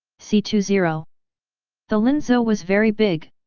c two zero the linzhou was very big,